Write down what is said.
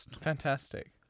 Fantastic